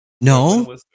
No